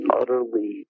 utterly